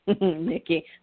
Mickey